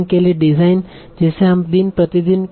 इसके साथ मैं फिर से इस पाठ्यक्रम में आपका स्वागत करता हूं